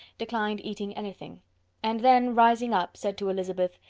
declined eating anything and then, rising up, said to elizabeth,